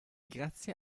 grazie